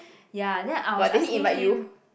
ya then I was asking him